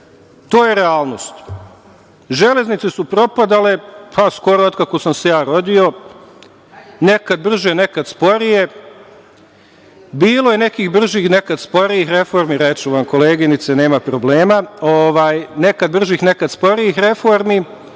To je realnost. Železnice su propadale skoro od kako sam se ja rodio, nekad brže, nekad sporije. Bilo je nekad bržih, nekad sporijih reformi, reći ću koleginice, nema problema, nekad nikakvih, nekad